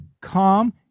calm